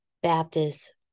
Baptist